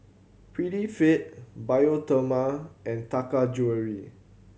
Prettyfit Bioderma and Taka Jewelry